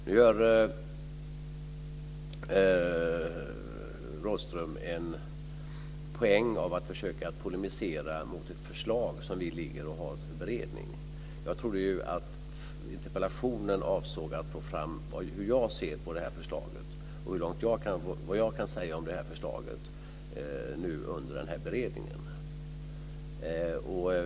Nu gör Rådhström en poäng av att försöka polemisera mot ett förslag som vi bereder. Jag trodde att interpellationen avsåg att få fram hur jag ser på detta förslag och vad jag kan säga om det under beredningen.